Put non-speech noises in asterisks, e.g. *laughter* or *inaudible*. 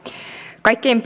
kaikkein *unintelligible*